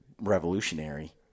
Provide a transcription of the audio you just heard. revolutionary